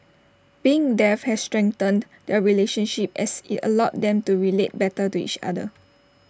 being deaf has strengthened their relationship as IT allowed them to relate better to each other